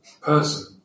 person